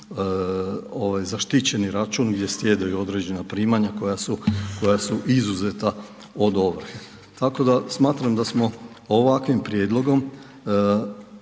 zaštićeni račun gdje sjedaju određena primanja koja su izuzeta od ovrhe. Tako da smatram da smo ovakvim prijedlogom